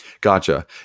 Gotcha